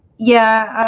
yeah